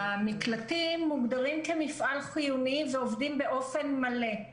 המקלטים מוגדרים כמפעל חיוני ועובדים באופן מלא.